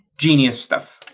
genius stuff.